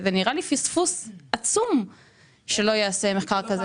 זה נראה לי פספוס עצום שלא ייעשה מחקר כזה.